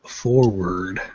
forward